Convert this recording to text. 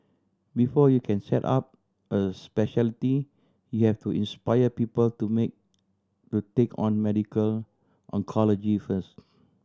before you can set up a speciality you have to inspire people to make to take on medical oncology first